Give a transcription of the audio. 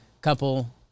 couple